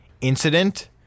incident